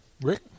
Rick